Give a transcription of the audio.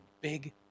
big